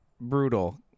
brutal